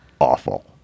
awful